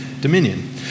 dominion